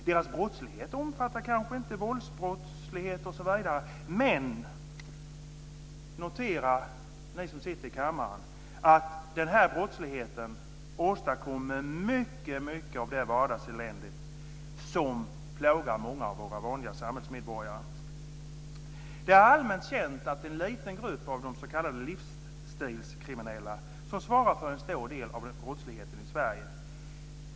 Deras brottslighet omfattar kanske inte våldsbrott osv. Men notera, ni som sitter i kammaren, att den här brottsligheten åstadkommer mycket av det vardagselände som plågar många av våra vanliga samhällsmedborgare! Det är allmänt känt att det är en liten grupp s.k. livsstilskriminella som svarar för en stor del av brottsligheten i Sverige.